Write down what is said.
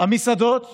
המסעדות סגורות,